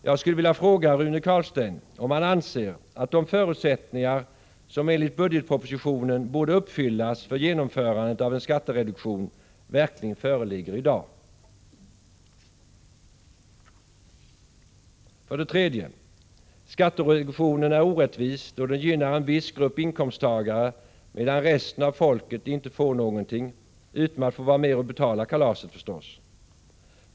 Jag skulle vilja fråga Rune Carlstein om han anser att de fordringar som enligt budgetpropositionen borde uppfyllas när det gäller genomförandet av skattereduktionen verkligen föreligger i dag. 3. Skattereduktionen är orättvis, då den gynnar en viss grupp inkomsttagare, medan resten av folket inte får någonting — förutom att man får vara med och betala kalaset, förstås.